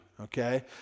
okay